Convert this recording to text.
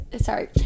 sorry